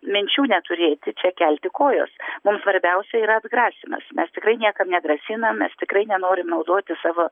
minčių neturėti čia kelti kojos mums svarbiausia yra atgrasymas mes tikrai niekam negrasinam mes tikrai nenorim naudoti savo